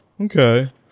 Okay